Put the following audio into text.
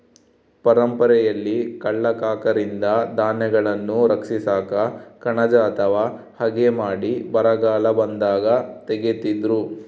ಪರಂಪರೆಯಲ್ಲಿ ಕಳ್ಳ ಕಾಕರಿಂದ ಧಾನ್ಯಗಳನ್ನು ರಕ್ಷಿಸಾಕ ಕಣಜ ಅಥವಾ ಹಗೆ ಮಾಡಿ ಬರಗಾಲ ಬಂದಾಗ ತೆಗೀತಿದ್ರು